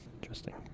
Interesting